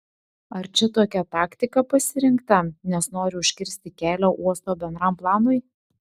ar čia tokia taktika pasirinkta nes nori užkirsti kelią uosto bendram planui